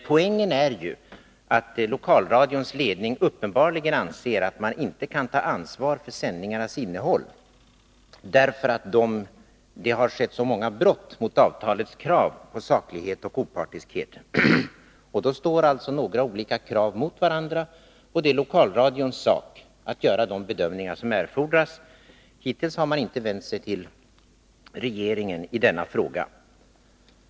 Poängen här är att lokalradions ledning uppenbarligen anser att den inte kan ta ansvar för sändningarnas innehåll, därför att det har skett så många brott mot avtalets krav på saklighet och opartiskhet. Då står alltså olika krav mot varandra, och det är lokalradions sak att göra de bedömningar som erfordras. Hittills har man inte vänt sig till regeringen i denna fråga.